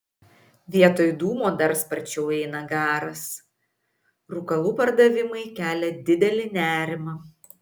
vietoj dūmo dar sparčiau eina garas rūkalų pardavimai kelia didelį nerimą